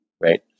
right